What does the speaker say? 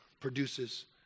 produces